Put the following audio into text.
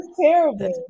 terrible